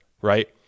Right